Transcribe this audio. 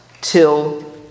till